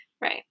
Right